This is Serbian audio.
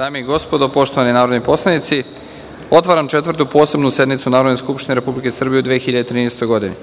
dame i gospodo, poštovani narodni poslanici, otvaram Četvrtu posebnu sednicu Narodne skupštine Republike Srbije u 2013. godini.